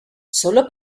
sólo